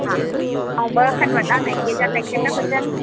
हा ऐं ॿ खनि वॾा मैगीअ जा पैकिट हुजनि